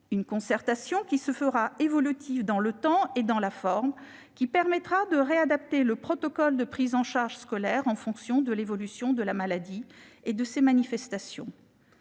Cette concertation, qui sera évolutive dans le temps et dans la forme, permettra de réadapter le protocole de prise en charge scolaire en fonction de l'évolution de la maladie et de ses manifestations.